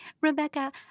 Rebecca